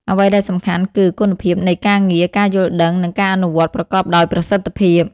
អ្វីដែលសំខាន់គឺ គុណភាពនៃការងារ ការយល់ដឹង និងការអនុវត្តប្រកបដោយប្រសិទ្ធភាព។